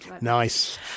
Nice